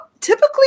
typically